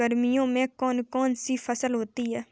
गर्मियों में कौन कौन सी फसल होती है?